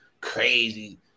crazy